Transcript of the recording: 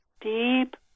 deep